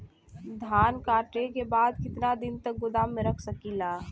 धान कांटेके बाद कितना दिन तक गोदाम में रख सकीला?